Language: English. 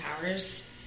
Powers